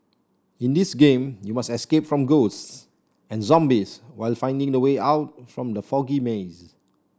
in this game you must escape from ghosts and zombies while finding the way out from the foggy maze